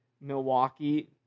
Milwaukee